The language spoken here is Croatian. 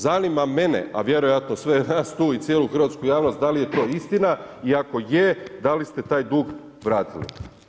Zanima mene a vjerojatno i sve nas tu i cijelu hrvatsku javnost da li je to istina i ako je, da li ste taj dug vratili?